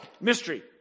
Mystery